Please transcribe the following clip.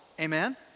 Amen